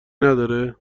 نداره